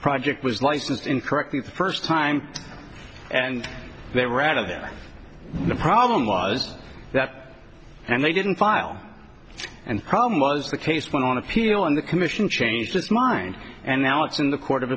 project was licensed incorrectly the first time and they were out of it the problem was that and they didn't file and problem was the case went on appeal and the commission changed its mind and now it's in the court of